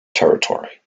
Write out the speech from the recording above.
territory